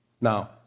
Now